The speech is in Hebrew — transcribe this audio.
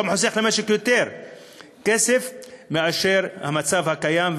וזה חוסך למשק כסף בהשוואה למצב הקיים,